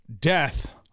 death